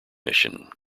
mission